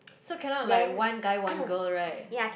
so cannot like one guy one girl right